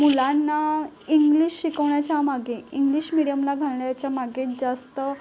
मुलांना इंग्लिश शिकवण्याच्या मागे इंग्लिश मीडियमला घालण्याच्या मागे जास्त